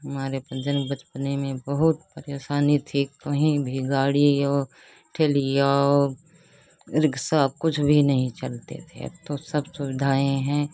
हमारे पर जब बचपने में बहुत परेशानी थी कहीं भी गाड़ी औ ठिलिया और रिकसा कुछ भी नहीं चलते थे अब तो सब सुविधाएँ हैं